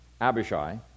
Abishai